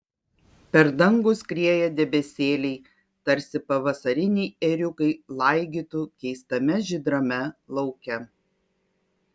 per dangų skrieja debesėliai tarsi pavasariniai ėriukai laigytų keistame žydrame lauke